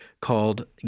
called